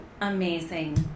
amazing